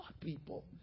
people